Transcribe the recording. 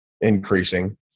increasing